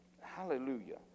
hallelujah